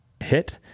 hit